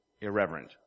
irreverent